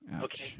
Okay